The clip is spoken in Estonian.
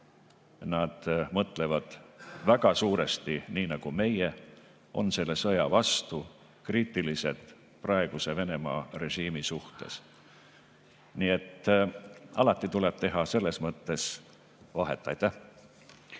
Nad mõtlevad väga suuresti nii nagu meie, on selle sõja vastu ja kriitilised praeguse Venemaa režiimi suhtes. Nii et alati tuleb teha selles mõttes vahet.